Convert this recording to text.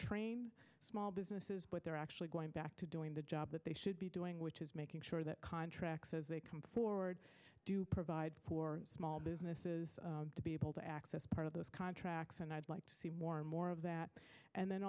train small businesses but they're actually going back to doing the job that they should be doing which is making sure that contracts as they come forward do provide for small businesses to be able to access part of those contracts and i'd like to see more and more of that and then